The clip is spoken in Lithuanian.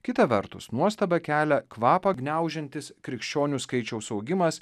kita vertus nuostabą kelia kvapą gniaužiantis krikščionių skaičiaus augimas